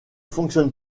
fonctionne